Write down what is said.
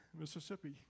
Mississippi